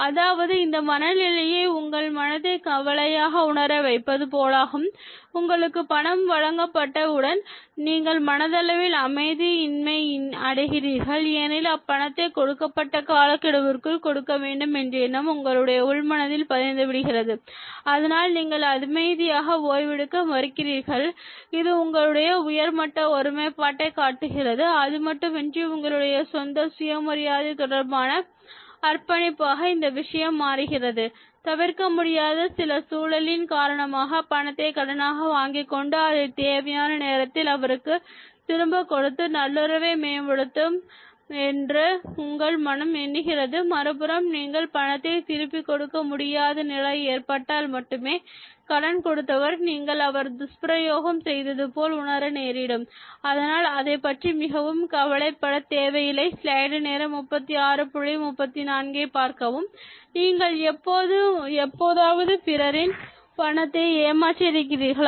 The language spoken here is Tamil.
அதாவது இந்த மனநிலையை உங்கள் மனதை கவலையாக உணர வைப்பது போலாகும் உங்களுக்கு பணம் வழங்கப் பட்ட உடன் நீங்கள் மனதளவில் அமைதி இன்மை அடைகிறீர்கள் ஏனெனில் அப்பணத்தை கொடுக்கப்பட்ட காலக்கெடுவிற்குள் கொடுக்க வேண்டும் என்ற எண்ணம் உங்களுடைய உள்மனதில் பதிந்துவிடுகிறது அதனால் நீங்கள் அமைதியாக ஓய்வெடுக்க மறுக்கிறீர்கள் இது உங்களுடைய உயர்மட்ட ஒருமைப்பாட்டை காட்டுகிறது அதுமட்டுமின்றி உங்களுடைய சொந்த சுயமரியாதை தொடர்பான அர்ப்பணிப்பாக இந்த விஷயம் மாறுகிறது தவிர்க்க முடியாத சில சூழலின் காரணமாக பணத்தை கடனாக வாங்கிக் கொண்டு அதை தேவையான நேரத்தில் அவருக்கு திரும்பக் கொடுத்து நல்லுறவை மேம்படுத்த வேண்டும் என்று உங்கள் மனம் எண்ணுகிறது மறுபுறம் நீங்கள் பணத்தை திருப்பிக் கொடுக்க முடியாத நிலை ஏற்பட்டால் மட்டுமே கடன் கொடுத்தவர் நீங்கள் அவரை துஷ்பிரயோகம் செய்தது போல் உணர நேரிடும் அதனால் அதைப்பற்றி மிகவும் கவலைப்பட தேவை இல்லை நீங்கள் எப்பொழுதாவது பிறரின் பணத்தை ஏமாற்றி இருக்கிறீர்களா